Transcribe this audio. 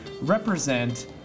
Represent